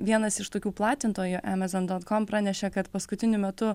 vienas iš tokių platintojų amazon dot com pranešė kad paskutiniu metu